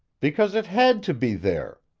because it had to be there.